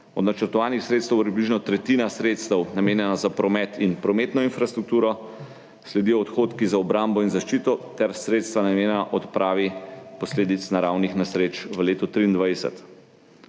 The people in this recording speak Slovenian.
Od načrtovanih sredstev je približno tretjina sredstev namenjena za promet in prometno infrastrukturo, sledijo odhodki za obrambo in zaščito ter sredstva, namenjena odpravi posledic naravnih nesreč v letu 2023.